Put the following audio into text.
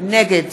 נגד